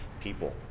people